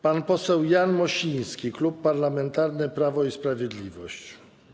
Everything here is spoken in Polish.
Pan poseł Jan Mosiński, Klub Parlamentarny Prawo i Sprawiedliwość.